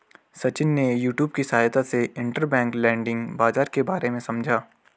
सचिन ने यूट्यूब की सहायता से इंटरबैंक लैंडिंग बाजार के बारे में समझा